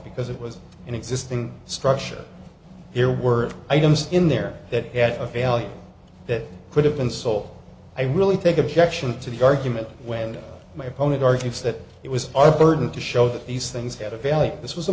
because it was an existing structure there were items in there that had a value that could have been sold i really think objection to the argument when my opponent argues that it was our burden to show that these things had a value this was